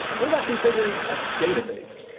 what about configuring a database?